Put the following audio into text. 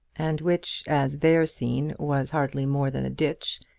and which, as there seen, was hardly more than a ditch,